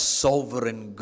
sovereign